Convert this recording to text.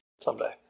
Someday